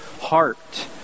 heart